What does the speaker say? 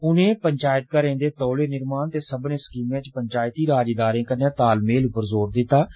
उनें पंचायत घरें दे तौले निर्माण ते सब्बनें स्कीमें च पंचायती राज इदारें कन्नै तालमेल पर जोर पाया